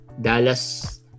Dallas